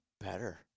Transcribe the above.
better